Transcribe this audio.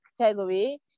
category